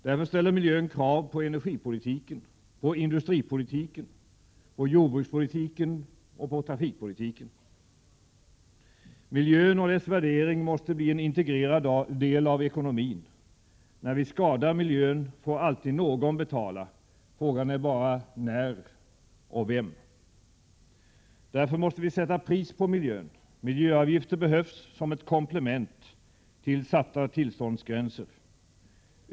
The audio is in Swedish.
Därför ställer miljön krav på energipolitiken, på industripolitiken, jordbruksoch trafikpolitiken. Miljön och dess värdering måste bli en integrerad del av ekonomin. När vi skadar miljön får alltid någon betala, frågan är bara när och vem. Därför måste vi sätta pris på miljön, miljöavgifter behövs som ett komplement till satta tillståndsgränser.